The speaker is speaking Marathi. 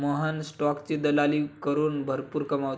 मोहन स्टॉकची दलाली करून भरपूर कमावतो